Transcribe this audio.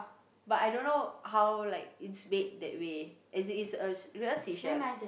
but I dunno how like it's made that way as it is a real seashell